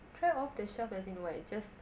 try off the shelf as in what just